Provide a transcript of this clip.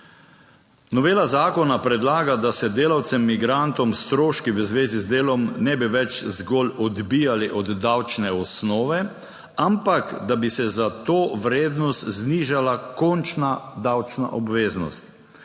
Novela zakona predlaga, da se delavcem migrantom stroški v zvezi z delom ne bi več zgolj odbijali od davčne osnove, ampak da bi se za to vrednost znižala končna davčna obveznost.